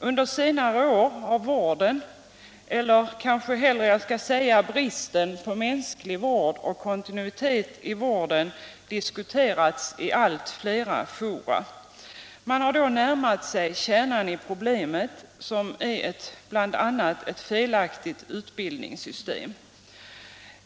Under senare år har vården, eller jag kanske hellre skall säga bristen på mänsklig vård, och kontinuiteten i vården diskuterats i allt flera fora. Man har då närmat sig kärnan i problemet, som bl.a. är ett felaktigt utbildningssystem.